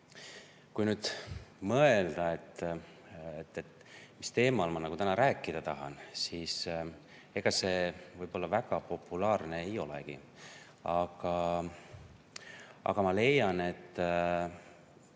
Kui nüüd mõelda, mis teemal ma täna rääkida tahan, siis ega see väga populaarne ei olegi. Aga ma leian, et